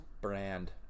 brand